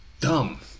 Dumb